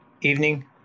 Evening